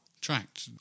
tracked